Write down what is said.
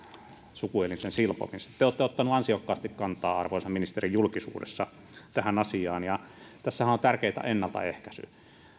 sukuelinten silpomiset te olette ottanut ansiokkaasti kantaa arvoisa ministeri julkisuudessa tähän asiaan tässähän on on tärkeää ennaltaehkäisy